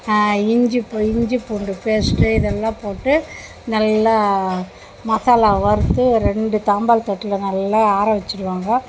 இஞ்சி பூ இஞ்சி பூண்டு பேஸ்ட்டு இதெல்லாம் போட்டு நல்லா மசாலா வறுத்து ஒரு ரெண்டு தாம்பாளத் தட்டில் நல்லா ஆற வெச்சுடுவாங்க